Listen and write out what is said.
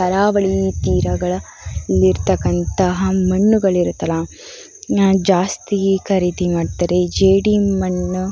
ಕರಾವಳಿ ತೀರಗಳಲ್ಲಿರತಕ್ಕಂತಹ ಮಣ್ಣುಗಳಿರತ್ತಲ್ಲ ಜಾಸ್ತಿ ಖರೀದಿ ಮಾಡ್ತಾರೆ ಜೇಡಿಮಣ್ಣು